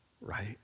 right